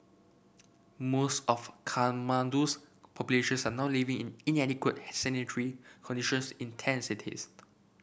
most of Kathmandu's populations are now living in inadequate sanitary conditions in tent cities